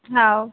हो